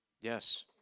Yes